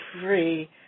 free